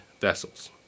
vessels